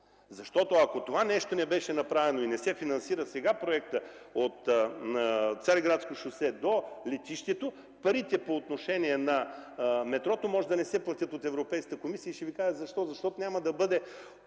Ако това нещо не беше направено и проектът не се финансира сега – от „Цариградско шосе” до летището, парите по отношение на метрото може да не се платят от Европейската комисия и ще Ви кажа защо. Защото няма да бъде